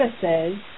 services